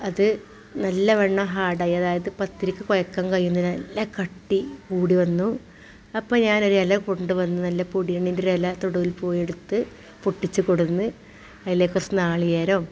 അത് നല്ലവണ്ണം ഹാർഡായി അതായത് പത്തിരിക്ക് കുഴയ്ക്കാൻ കഴിയുന്നതിനെക്കാൾ നല്ല കട്ടി കൂടിവന്നു അപ്പോള് ഞാനൊരില കൊണ്ടുവന്നു നല്ല പൊടിയണിൻറ്റൊരെല തൊടിയിൽ പോയിയെടുത്ത് പൊട്ടിച്ച് കൊടുന്ന് അതിലേക്ക് കുറച്ച് നാളികേരവും